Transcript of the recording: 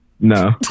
No